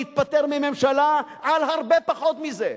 להתפטר מממשלה על הרבה פחות מזה?